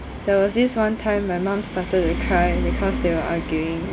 there was this one time my mum started to cry because they were arguing